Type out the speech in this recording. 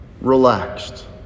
relaxed